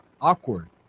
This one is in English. awkward